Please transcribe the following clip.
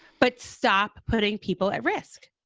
but stop putting people at risk.